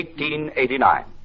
1889